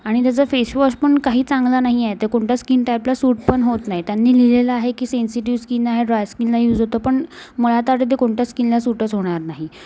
आणि त्याचा फेसवॉश पण काही चांगलं नाही आहे ते कोणत्या स्किन टाईपला सूट पण होत नाही त्यांनी लिहिलेलं आहे की सेन्सिटिव स्किन आहे ड्राय स्किनला युज होतो पण मला तर अगदी कोणत्या स्किनला सूटच होणार नाही